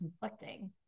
conflicting